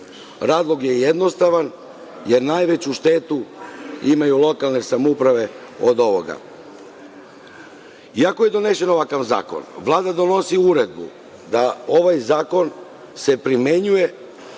Razlog je jednostavan – jer najveću štetu imaju lokalne samouprave od ovoga. Iako je donesen ovakav zakon, Vlada donosi uredbu da ovaj zakon se primenjuje,